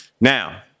Now